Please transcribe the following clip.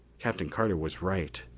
captain carter was right.